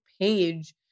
page